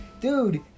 dude